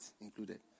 included